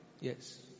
Yes